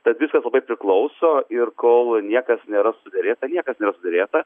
tad viskas labai priklauso ir kol niekas nėra suderėta niekas nėra suderėta